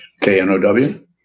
K-N-O-W